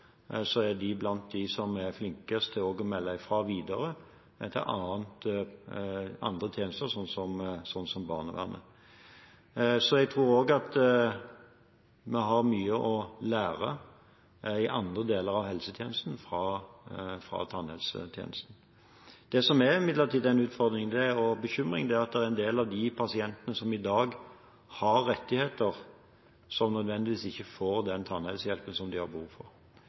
er de blant dem som er flinkest til å melde ifra videre til andre tjenester, som f.eks. barnevernet. Så jeg tror en i andre deler av helsetjenesten har mye å lære av tannhelsetjenesten. Det som imidlertid er en utfordring og en bekymring, er at en del av de pasientene som i dag har rettigheter, ikke nødvendigvis får den tannhelsehjelpen som de har behov for.